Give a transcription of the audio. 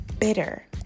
bitter